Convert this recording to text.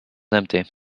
empty